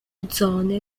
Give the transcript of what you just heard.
zone